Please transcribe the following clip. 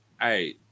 hey